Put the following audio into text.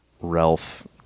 ralph